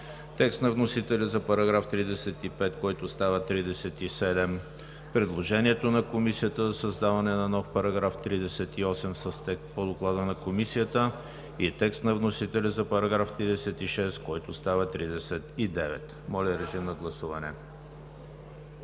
текст на вносителя за § 35, който става § 37, предложението на Комисията за създаване на нов § 38 с текст по Доклада на Комисията; и текст на вносителя за § 36, който става § 39. Моля, режим на гласуване.